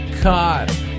Caught